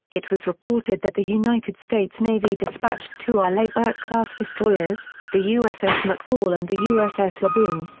it was reported that the united states navy dispatched two arleigh burke class destroyers, the uss mcfaul and the uss laboon,